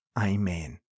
Amen